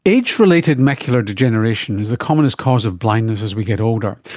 age-related macular degeneration is the commonest cause of blindness as we get older,